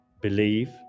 believe